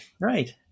right